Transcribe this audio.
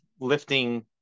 lifting